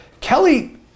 Kelly